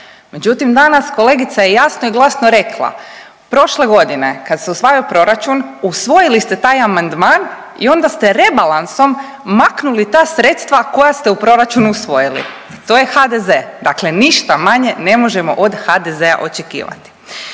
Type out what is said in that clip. Međutim, danas kolegica je jasno i glasno rekla, prošle godine kad se usvajao proračun usvojili ste taj amandman i onda ste rebalansom maknuli ta sredstva koja ste u proračunu usvojili. To je HDZ. Dakle, ništa manje ne možemo od HDZ-a očekivati.